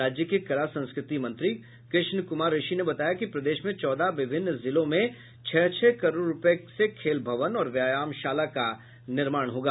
राज्य के कला संस्कृति मंत्री कृष्ण क्मार ऋषि ने बताया कि प्रदेश में चौदह विभिन्न जिलों में छह छह करोड़ रूपये से खेल भवन और व्यामशाला का निर्माण होगा